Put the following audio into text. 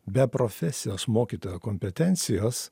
be profesijos mokytojo kompetencijos